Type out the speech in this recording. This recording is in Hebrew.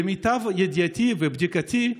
למיטב ידיעתי ובדיקתי,